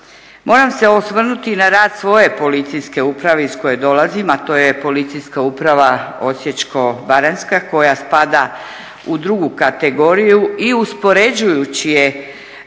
Moram se osvrnuti na rad svoje policijske uprave iz koje dolazim a to je policijska uprava Osječko-baranjska koja spada u drugu kategoriju i uspoređujući je